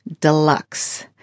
deluxe